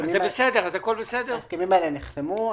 ההסכמים האלה נחתמו.